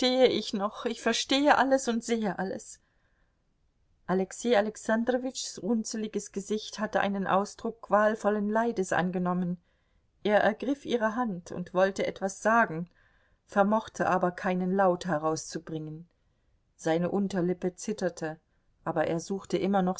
ich noch ich verstehe alles und sehe alles alexei alexandrowitschs runzliges gesicht hatte einen ausdruck qualvollen leides angenommen er ergriff ihre hand und wollte etwas sagen vermochte aber keinen laut herauszubringen seine unterlippe zitterte aber er suchte immer noch